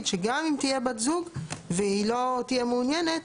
שגם אם תהיה בת זוג והיא לא תהיה מעוניינת,